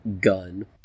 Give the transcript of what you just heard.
gun